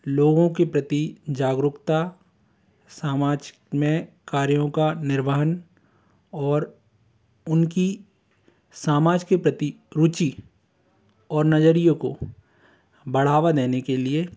लोगों के प्रति जागरूकता समाज में कार्यों का निर्वाहन और उनकी समाज के प्रति रुचि और नज़रिए को बढ़ावा देने के लिए